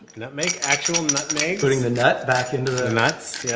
nutmeg actual nutmeg putting the nut back into the. the nuts, yeah